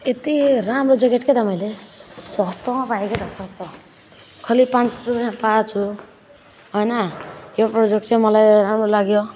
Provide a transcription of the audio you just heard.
यति राम्रो ज्याकेट के त मैले सस्तोमा पाएँ क्या त सस्तोमा खाली पाँच सय रुपियाँमा पाएको छु होइन यो प्रोजेक्ट चाहिँ मलाई राम्रो लाग्यो